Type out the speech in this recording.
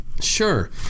Sure